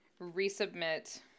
resubmit